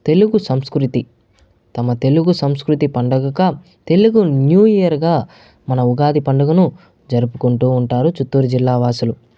తెలుగు సంస్కృతి తమ తెలుగు సంస్కృతి పండుగగా తెలుగు న్యూ ఇయర్ గా మన ఉగాది పండుగను జరుపుకుంటూ ఉంటారు చిత్తూరు జిల్లా వాసులు